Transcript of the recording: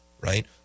right